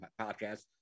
Podcast